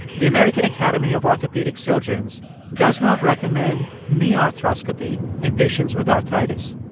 the american academy of orthopedic surgeons does not recommend knee arthroscopy in patients with arthritis.